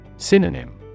Synonym